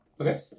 Okay